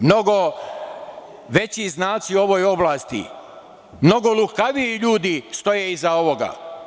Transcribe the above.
Mnogo veći znalci u ovoj oblasti, mnogo lukaviji ljudi stoje iza ovoga.